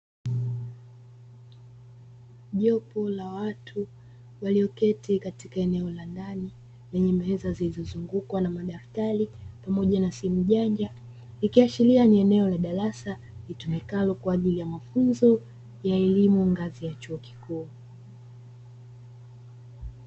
Jopo la watu walioketi katika eneo la ndani lenye meza zilizozungukwa na madaftari pamoja na simu janja. Ikiashiria ni eneo la darasa litumikalo kwa ajili ya mafunzo ya elimu ngazi ya chuo kikuu.